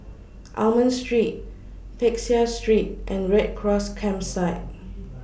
Almond Street Peck Seah Street and Red Cross Campsite